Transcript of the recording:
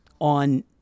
on